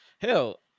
Hell